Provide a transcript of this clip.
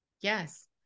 Yes